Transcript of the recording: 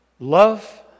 Love